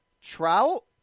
Trout